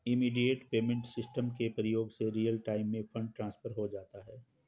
immediate payment system के प्रयोग से रियल टाइम में फंड ट्रांसफर हो जाता है